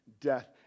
death